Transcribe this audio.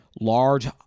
large